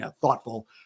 thoughtful